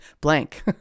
blank